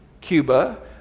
Cuba